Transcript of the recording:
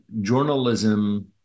journalism